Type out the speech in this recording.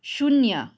शून्य